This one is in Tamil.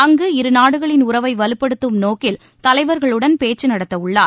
அங்கு இரு நாடுகளின் உறவை வலுப்படுத்தும் நோக்கில் தலைவர்களுடன் பேச்சு நடத்தவுள்ளார்